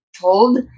told